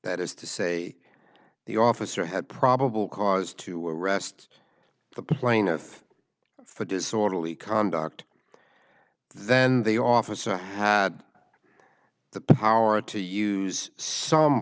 that is to say the officer had probable cause to arrest the plaintiff for disorderly conduct then the officer had the power to use some